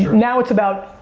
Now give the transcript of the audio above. now it's about,